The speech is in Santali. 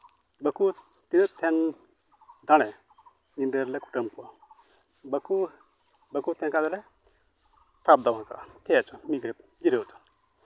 ᱵᱟᱠᱚ ᱛᱤᱱᱟᱹᱜ ᱛᱟᱦᱮᱱ ᱫᱟᱲᱮ ᱧᱤᱫᱟ ᱨᱮᱞᱮ ᱠᱩᱴᱟᱹ ᱠᱚᱣᱟ ᱵᱟᱠᱚ ᱵᱟᱠᱚ ᱛᱟᱦᱮᱱ ᱠᱷᱟᱱ ᱫᱚᱞᱮ ᱥᱟᱵ ᱫᱚᱦᱚ ᱠᱚᱣᱟ ᱴᱷᱤᱠ ᱟᱪᱷᱮ ᱢᱤᱫ ᱜᱷᱟᱹᱲᱤᱡ ᱯᱚᱨ ᱡᱤᱨᱟᱹᱣ ᱦᱟᱛᱟᱲ